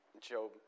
Job